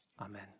Amen